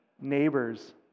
neighbors